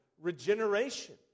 regeneration